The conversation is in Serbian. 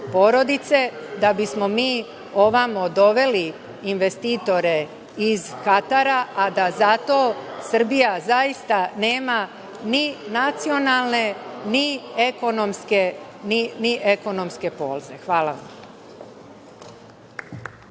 da bismo mi ovamo doveli investitore iz Katara, a da zato Srbija zaista nema ni nacionalne, ni ekonomske poze. Hvala vam.